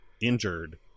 injured